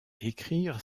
écrire